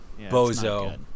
Bozo